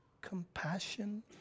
compassion